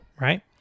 right